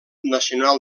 nacional